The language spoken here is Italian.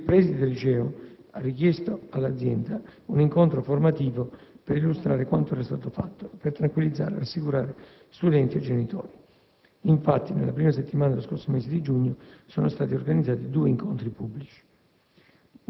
Il preside del liceo ha richiesto all'azienda un incontro informativo per illustrare quanto era stato fatto e per tranquillizzare e rassicurare studenti e genitori; infatti nella prima settimana dello scorso mese di giugno sono stati organizzati due incontri pubblici.